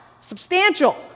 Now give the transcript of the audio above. Substantial